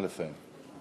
נא לסיים.